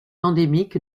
endémique